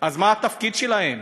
אז מה התפקיד שלהם?